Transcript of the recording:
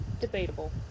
debatable